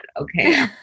Okay